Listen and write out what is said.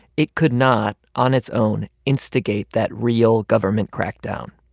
it could not, on its own, instigate that real government crackdown.